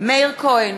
מאיר כהן,